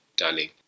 darling